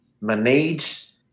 manage